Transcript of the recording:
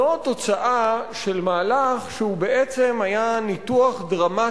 זו תוצאה של מהלך שהוא בעצם היה ניתוח דרמטי,